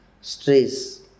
stress